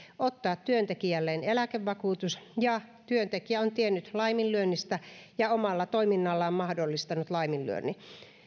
ottaa työntekijälleen eläkevakuutus ja työntekijä on tiennyt laiminlyönnistä ja omalla toiminnallaan mahdollistanut laiminlyönnin